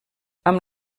amb